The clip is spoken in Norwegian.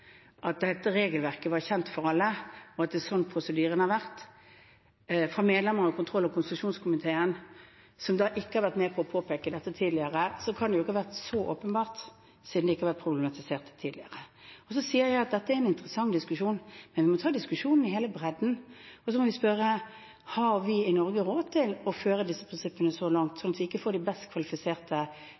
at dette regelverket var kjent for alle, og at det er sånn prosedyren har vært, kan det jo ikke ha vært så åpenbart, siden det ikke har vært problematisert tidligere. Så sier jeg at dette er en interessant diskusjon, men vi må ta diskusjonen i hele bredden, og så må vi spørre: Har vi i Norge råd til å føre disse prinsippene så langt at vi ikke får de best kvalifiserte, enten til å bli statsråder, fordi det vil ha for store kostnader ved seg i forhold til andre ting man gjør, eller at vi ikke får de best kvalifiserte